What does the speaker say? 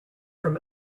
from